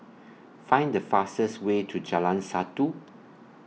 Find The fastest Way to Jalan Satu